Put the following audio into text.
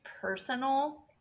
personal